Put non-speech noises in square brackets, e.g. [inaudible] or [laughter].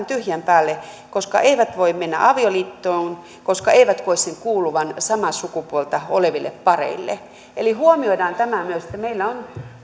[unintelligible] tyhjän päälle koska eivät voi mennä avioliittoon koska eivät koe sen kuuluvan samaa sukupuolta oleville pareille eli huomioidaan myös tämä että meillä on